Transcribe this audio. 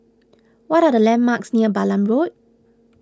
what are the landmarks near Balam Road